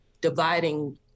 dividing